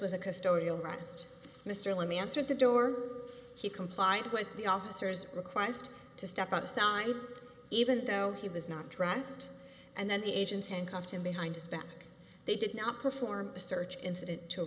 was a custodial rest mr let me answer the door he complied with the officers request to step aside even though he was not dressed and then the agents handcuffed him behind his back they did not perform a search incident to